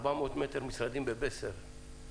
400 מטר של משרדים, וארנונה,